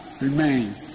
remain